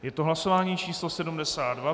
Je to hlasování číslo 72.